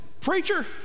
preacher